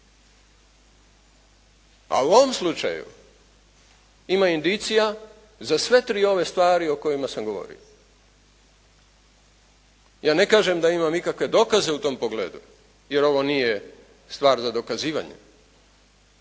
A u ovom slučaju ima indicija za sve tri ove stvari o kojima sam govorio. Ja ne kažem da imam ikakve dokaze u tom pogledu, jer ovo nije stvar za dokazivanje,